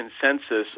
consensus